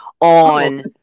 on